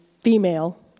female